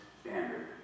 standard